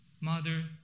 mother